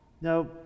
Now